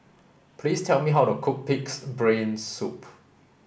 please tell me how to cook pig's brain soup